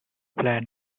plan